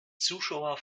zuschauer